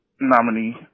nominee